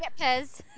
Pez